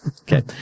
Okay